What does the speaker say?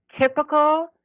typical